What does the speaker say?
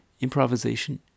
improvisation